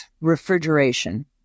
refrigeration